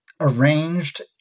arranged